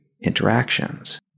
interactions